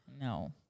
No